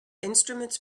instruments